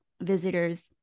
visitors